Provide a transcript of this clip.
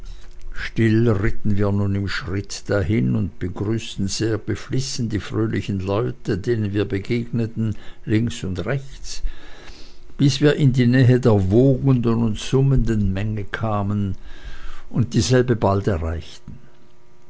still ritten wir nun im schritte dahin und grüßten sehr beflissen die fröhlichen leute denen wir begegneten links und rechts bis wir in die nähe der wogenden und summenden menge kamen und dieselbe beinah erreichten